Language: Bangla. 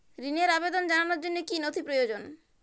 ঋনের আবেদন জানানোর জন্য কী কী নথি প্রয়োজন?